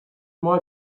more